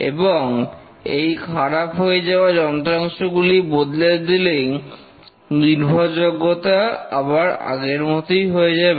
এবং এই খারাপ হয়ে যাওয়া যন্ত্রাংশগুলি বদলে দিলেই নির্ভরযোগ্যতা আবার আগের মতোই হয়ে যাবে